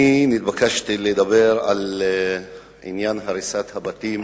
אני נתבקשתי לדבר על עניין הריסת הבתים